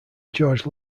george